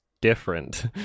different